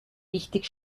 wichtig